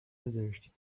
desert